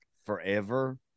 Forever